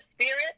spirit